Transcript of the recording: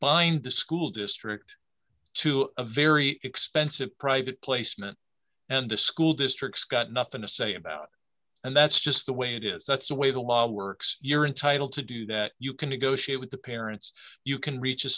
bind the school district to a very expensive private placement and the school districts got nothing to say about and that's just the way it is that's the way the law works you're entitled to do that you can negotiate with the parents you can reach a